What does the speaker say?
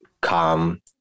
come